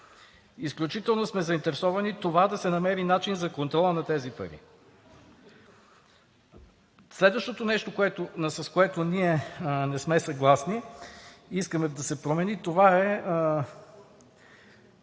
Изключително сме заинтересовани да се намери начин за контрола на тези пари. Следващото нещо, с което ние не сме съгласни и искаме да се промени, това е